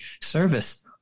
service